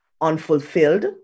unfulfilled